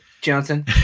Johnson